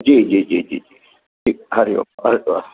जी जी जी जी ठीकु हरिओम